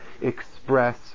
express